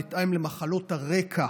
בהתאם למחלות הרקע